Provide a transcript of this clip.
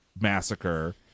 massacre